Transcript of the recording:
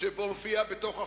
שמופיע בתוך החוק,